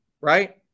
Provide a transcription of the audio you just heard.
right